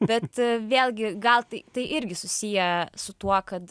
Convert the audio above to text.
bet vėlgi gal tai tai irgi susiję su tuo kad